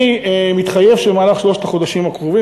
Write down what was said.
אני מתחייב שבמהלך שלושת החודשים הקרובים